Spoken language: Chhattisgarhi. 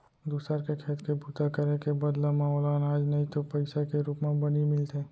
दूसर के खेत के बूता करे के बदला म ओला अनाज नइ तो पइसा के रूप म बनी मिलथे